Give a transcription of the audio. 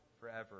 forever